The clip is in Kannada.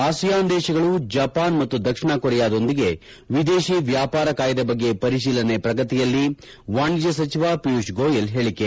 ಆಸಿಯಾನ್ ದೇಶಗಳು ಜಪಾನ್ ಮತ್ತು ದಕ್ಷಿಣ ಕೊರಿಯಾದೊಂದಿಗೆ ವಿದೇಶಿ ವ್ಯಾಪಾರ ಕಾಯ್ದೆ ಬಗ್ಗೆ ಪರಿಶೀಲನೆ ಪ್ರಗತಿಯಲ್ಲಿ ವಾಣಿಜ್ಯ ಸಚಿವ ಪಿಯೂಷ್ ಗೋಯಲ್ ಹೇಳಿಕೆ